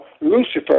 Lucifer